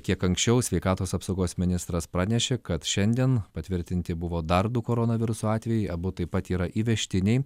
kiek anksčiau sveikatos apsaugos ministras pranešė kad šiandien patvirtinti buvo dar du koronaviruso atvejai abu taip pat yra įvežtiniai